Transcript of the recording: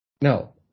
No